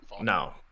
No